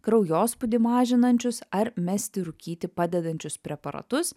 kraujospūdį mažinančius ar mesti rūkyti padedančius preparatus